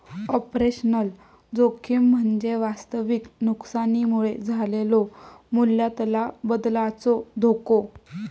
operational जोखीम म्हणजे वास्तविक नुकसानीमुळे झालेलो मूल्यातला बदलाचो धोको